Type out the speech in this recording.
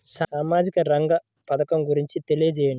సామాజిక రంగ పథకం గురించి తెలియచేయండి?